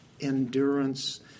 Endurance